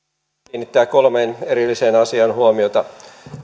kiinnittää kolmeen erilliseen asiaan huomiota